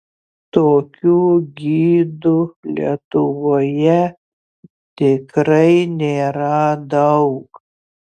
tokių gidų lietuvoje tikrai nėra daug